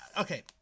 Okay